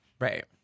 Right